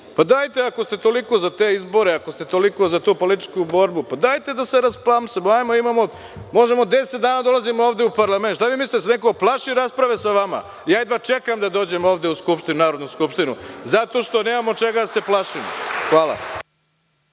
Srbije. Ako ste toliko za te izbore, ako ste toliko za tu političku borbu, dajte da se rasplamsa. Možemo deset dana da dolazimo ovde u parlament. Šta vi mislite, da se neko plaši rasprave sa vama? Jedva čekam da dođem ovde u Narodnu skupštinu zato što nemam od čega da se plašim. Hvala.